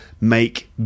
make